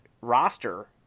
roster